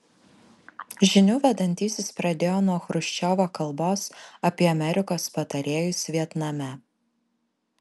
žinių vedantysis pradėjo nuo chruščiovo kalbos apie amerikos patarėjus vietname